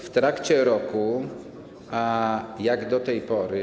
W trakcie roku jak do tej pory.